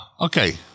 Okay